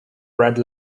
read